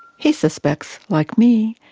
he suspects, like me,